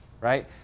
right